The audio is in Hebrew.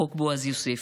חוק בועז יוסף.